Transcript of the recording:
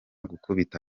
gukubita